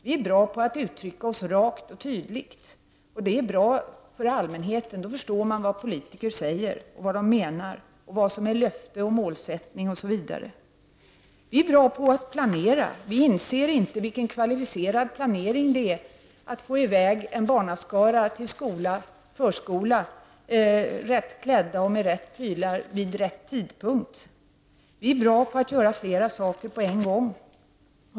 Vi är bra på att uttrycka oss rakt och tydligt, och det är bra för allmänheten, som då förstår vad politiker säger och menar, vad som är löfte och målsättning osv. Vi är bra på att planera. Vi inser inte vilken kvalificerad planering det är att få iväg en barnaskara till förskola och skola, rätt klädda, med rätta prylar och vid rätt tidpunkt. Vi är bra på att göra flera saker på en gång.